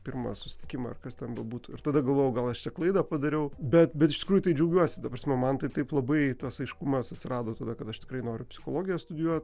pirmą susitikimą ar kas ten bebūtų ir tada galvojau gal šią klaidą padariau bet bet iš tikrųjų tai džiaugiuosi ta prasme man tai taip labai tas aiškumas atsirado tada kad aš tikrai noriu psichologiją studijuot